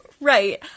right